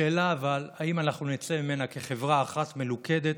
אבל השאלה היא: האם אנחנו נצא ממנה כחברה אחת מלוכדת